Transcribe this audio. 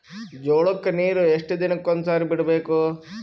ಜೋಳ ಕ್ಕನೀರು ಎಷ್ಟ್ ದಿನಕ್ಕ ಒಂದ್ಸರಿ ಬಿಡಬೇಕು?